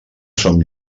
som